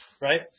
Right